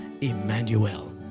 Emmanuel